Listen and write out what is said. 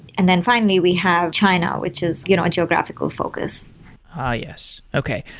and then finally, we have china which is you know a geographical focus ah, yes. okay.